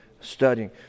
studying